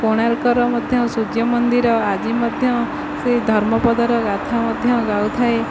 କୋଣାର୍କର ମଧ୍ୟ ସୂର୍ଯ୍ୟ ମନ୍ଦିର ଆଜି ମଧ୍ୟ ସେହି ଧର୍ମପଦର ଗାଥା ମଧ୍ୟ ଗାଉଥାଏ